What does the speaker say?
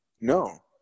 No